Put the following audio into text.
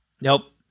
Nope